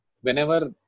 Whenever